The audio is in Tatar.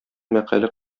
мәкале